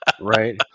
right